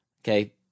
Okay